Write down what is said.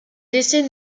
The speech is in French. décès